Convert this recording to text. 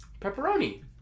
Pepperoni